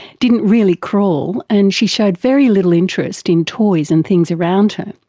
didn't really crawl and she showed very little interest in toys and things around her.